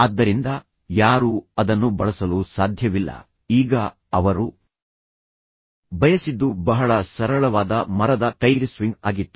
ಆದ್ದರಿಂದ ಯಾರೂ ಅದನ್ನು ಬಳಸಲು ಸಾಧ್ಯವಿಲ್ಲ ಈಗ ಅವರು ಬಯಸಿದ್ದು ಬಹಳ ಸರಳವಾದ ಮರದ ಟೈರ್ ಸ್ವಿಂಗ್ ಆಗಿತ್ತು